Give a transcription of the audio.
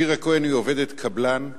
שירה כהן היא עובדת קבלן,